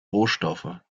rohstoffe